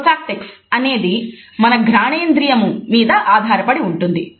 వోల్ఫాక్టీక్స్ అనేది మన ఘ్రాణేంద్రియము మీద ఆధారపడి ఉంటుంది